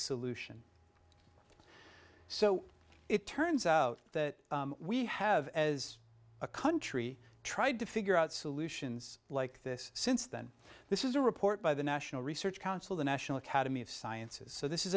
solution so it turns out that we have as a country tried to figure out solutions like this since then this is a report by the national research council the national academy of sciences so this is